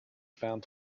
found